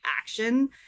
action